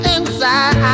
Inside